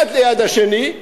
אחד ליד השני,